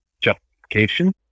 justification